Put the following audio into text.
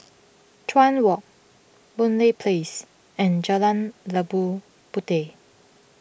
Chuan Walk Boon Lay Place and Jalan Labu Puteh